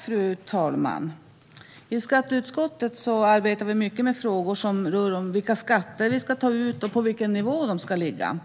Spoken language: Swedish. Fru talman! I skatteutskottet arbetar vi mycket med frågor som rör vilka skatter vi ska ta ut och på vilken nivå de ska ligga.